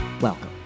Welcome